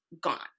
gone